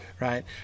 Right